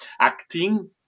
Acting